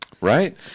Right